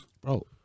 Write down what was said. bro